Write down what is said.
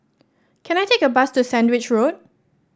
can I take a bus to Sandwich Road